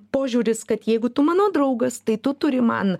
požiūris kad jeigu tu mano draugas tai tu turi man